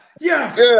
yes